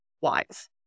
WISE